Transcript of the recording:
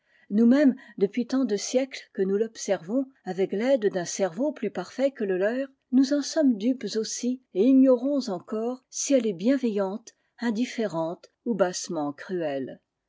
nous-mêmes depuis tant de siècles que nous l'observons avec l'aide d'un cerveau plus parfait que le leur nous en sommes dupes aussi et ignorons encore si elle est bienveillante indifférente bu bassement cruelle